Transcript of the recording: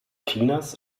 chinas